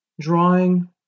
drawing